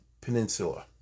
peninsula